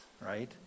right